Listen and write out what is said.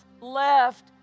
left